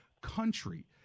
country